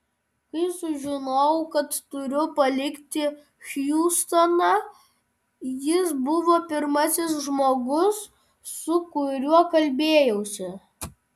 kai sužinojau kad turiu palikti hjustoną jis buvo pirmasis žmogus su kuriuo kalbėjausi